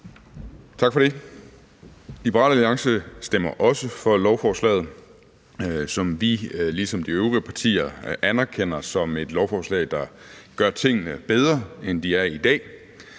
Tak for det. Liberal Alliance stemmer også for lovforslaget, som vi ligesom de øvrige partier anerkender som et lovforslag, der gør tingene bedre, end de er i dag.